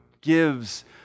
gives